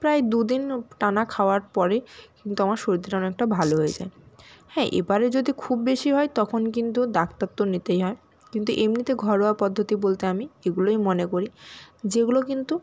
প্রায় দুদিন টানা খাওয়ার পরে কিন্তু আমার সর্দিটা অনেকটা ভালো হয়ে যায় হ্যাঁ এবারে যদি খুব বেশি হয় তখন কিন্তু ডাক্তার তো নিতেই হয় কিন্তু এমনিতে ঘরোয়া পদ্ধতি বলতে আমি এগুলোই মনে করি যেগুলো কিন্তু